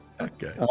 okay